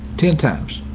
ten times.